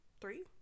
three